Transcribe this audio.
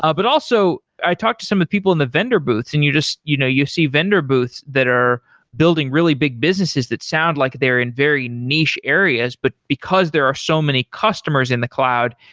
ah but also i talked to some of the people in the vendor booths and you just you know you see vendor booths that are building really big businesses that sound like they're in very niche areas, but because there are so many customers in the cloud,